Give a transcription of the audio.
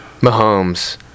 Mahomes